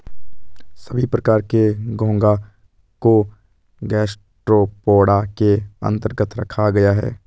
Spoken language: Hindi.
सभी प्रकार के घोंघा को गैस्ट्रोपोडा के अन्तर्गत रखा गया है